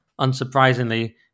unsurprisingly